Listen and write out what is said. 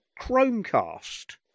Chromecast